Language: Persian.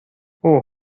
اوه